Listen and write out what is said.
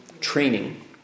training